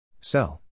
Sell